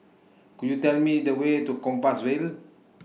Could YOU Tell Me The Way to Compassvale